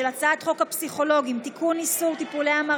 הצעת חוק הפסיכולוגים (תיקון,